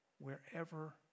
wherever